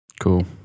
Cool